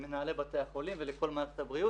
למנהלי בתי החולים ולכל מערכת הבריאות,